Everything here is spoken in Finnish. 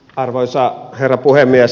arvoisa herra puhemies